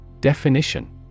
Definition